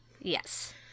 Yes